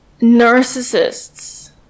narcissists